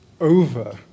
over